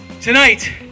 Tonight